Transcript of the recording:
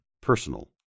personal